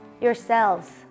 yourselves